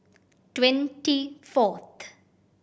twenty fourth